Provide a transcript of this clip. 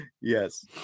Yes